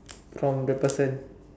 from the person